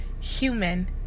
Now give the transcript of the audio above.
human